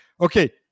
Okay